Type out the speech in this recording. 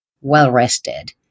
well-rested